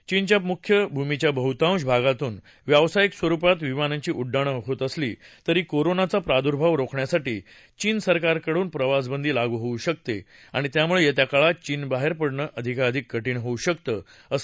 चीनच्या मुख्य भूमीच्या बहुतांश भागातून व्यावसायिक स्वरूपात विमानांची उड्डाण होत असली तरी कोरोनाचा प्रादुर्भाव रोखण्यासाठी चीन सरकारकडून प्रवासबंदी लागू होऊ शकते आणि त्यामुळे येत्या काळात चीनबाहेर पडणं अधिकाधिक कठीण होऊ शकतं असं त्या सूचनावलीत म्हटलं आहे